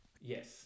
Yes